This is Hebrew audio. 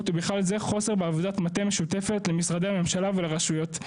ובכלל זה חוסר בעבודת מטה משותפת למשרדי הממשלה ולרשויות".